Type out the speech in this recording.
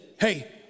hey